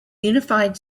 unified